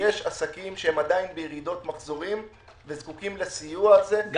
שיש עסקים שהם עדיין בירידת מחזורים וזקוקים לסיוע על זה.